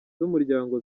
z’umuryango